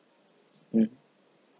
mm